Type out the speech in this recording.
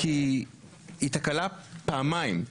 היא תקלה פעמיים,